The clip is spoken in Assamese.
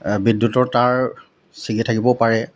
বিদ্যুতৰ তাৰ ছিগি থাকিব পাৰে